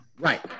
Right